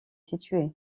situé